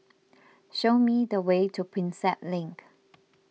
show me the way to Prinsep Link